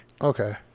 okay